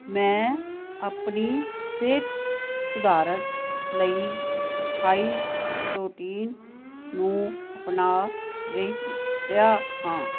ਮੈਂ ਅਪਣੀ ਸਿਹਤ ਸੁਧਾਰਨ ਲਈ ਹਾਈ ਪ੍ਰੋਟੀਨ ਨੂੰ ਅਪਣਾ ਰਹੀ ਰਿਹਾ ਹਾਂ